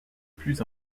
plus